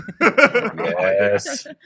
Yes